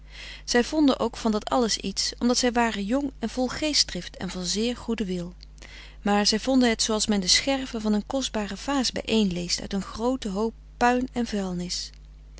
zij vonden ook van dat alles iets omdat zij waren jong en vol geestdrift en van zeer goeden wil maar frederik van eeden van de koele meren des doods zij vonden het zooals men de scherven van een kostbare vaas bijeen leest uit een grooten hoop puin en vuilnis